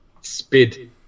Speed